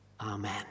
Amen